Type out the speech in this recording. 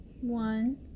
One